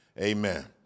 Amen